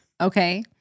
Okay